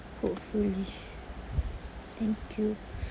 hopefully thank you